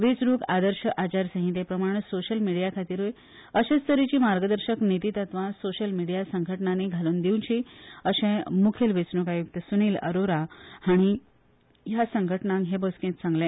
वेचणूक आदर्श आचारसंहितेप्रमाण सोशियल मीडीयाखातीरूय अशेच तरेची मार्गदर्शक नितीतत्वा सोशियल मीडिया संघटनानी घालून दिवची अशे मुखेल वेचणूक आयुक्त सुनिल अरोरा हाणी ह्या संघटनांक हे बसकेत सांगले